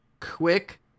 quick